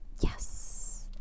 Yes